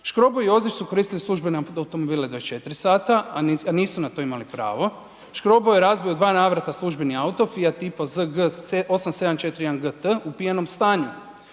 Škrobo i Jozić su koristili službene automobile 24h a nisu na to imali pravo. Škrobo je razbio u 2 navrata službeni auto Fiat Tipo ZG8741GT u pijanom stanju.